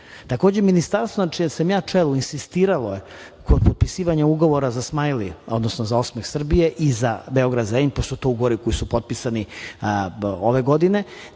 rizik. Takođe, ministarstvo na čijem sam čelu insistiralo je kod potpisivanja ugovora za „Smajli“, odnosno za „Osmeh Srbije“ i za Beograd-Zrenjanin, pošto su to ugovori koji su potpisani ove godine,